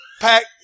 pack